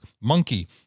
Monkey